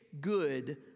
good